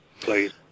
please